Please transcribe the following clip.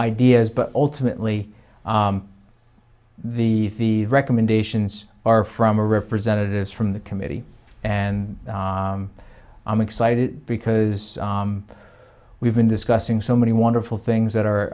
ideas but ultimately the recommendations are from representatives from the committee and i'm excited because we've been discussing so many wonderful things that